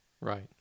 right